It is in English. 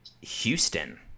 houston